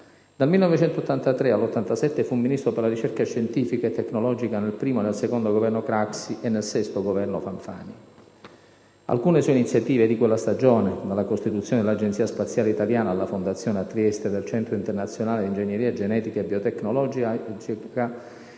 Dal 1983 al 1987 fu Ministro per la ricerca scientifica e tecnologica nel primo e nel secondo Governo Craxi e nel sesto Governo Fanfani. Alcune sue iniziative di quella stagione, dalla costituzione dell'Agenzia spaziale italiana alla fondazione a Trieste del Centro internazionale di ingegneria genetica e biotecnologia, diedero